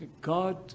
God